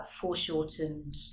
foreshortened